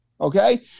okay